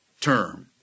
term